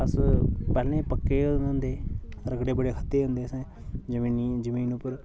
अस पैह्ले पक्के होए दे होंदे रगड़े बड़े खाद्धे दे होंदे असें जमी जमीन उप्पर